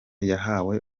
yahawe